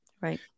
right